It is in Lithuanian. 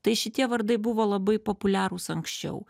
tai šitie vardai buvo labai populiarūs anksčiau